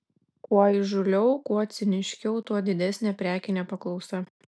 kuo įžūliau kuo ciniškiau tuo didesnė prekinė paklausa